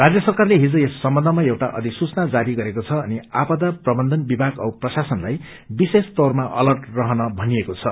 राज्य सरकारले हिज यस सम्बन्धमा एउटा अधिसूचना जारी गरेको छ अनि आपदा प्रन्थन विभाग औ प्रशासनलाई विशेष तौरमा अलर्ट रहन भनिएको छ